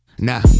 Nah